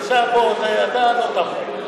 עכשיו אתה מצביע על החוק,